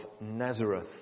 Nazareth